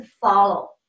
follow